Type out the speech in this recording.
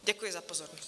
Děkuji za pozornost.